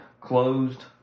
closed